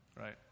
right